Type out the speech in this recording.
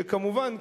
שכמובן,